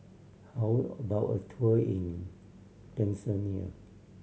how about a tour in Tanzania